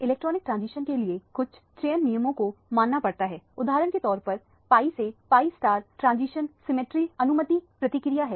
electronic transition के लिए कुछ चयन नियमों को मानना पड़ता है उदाहरण के तौर पर pi से Pi ट्रांजिशन सिमेट्री अनुमति प्रक्रिया है